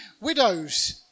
widows